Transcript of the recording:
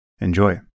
Enjoy